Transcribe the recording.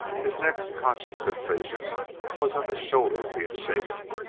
his next conscious sensation was of his shoulder being shaken,